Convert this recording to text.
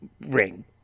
ring